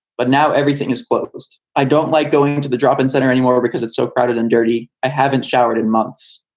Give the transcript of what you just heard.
but now everything is closed. i don't like going into the drop in centre anymore because it's so crowded and dirty. i haven't showered in months.